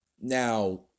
Now